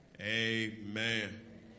amen